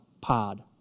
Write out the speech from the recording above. pod